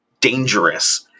dangerous